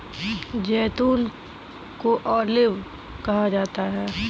जैतून को ऑलिव कहा जाता है